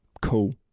Cool